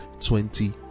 twenty